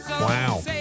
Wow